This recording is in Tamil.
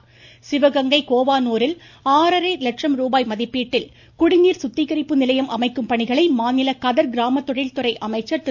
பாஸ்கரன் சிவகங்கை கோவானூரில் ஆறரை லட்சம் ரூபாய் மதிப்பீட்டில் குடிநீர் சுத்திகரிப்பு நிலையம் அமைக்கும் பணிகளை மாநில கதர்கிராம தொழில் துறை அமைச்சர் திரு